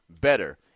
better